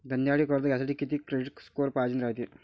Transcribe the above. धंद्यासाठी कर्ज घ्यासाठी कितीक क्रेडिट स्कोर पायजेन रायते?